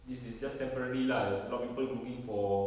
this is just temporary lah a lot of people looking for